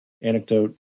anecdote